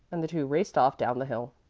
and the two raced off down the hill.